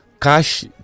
cash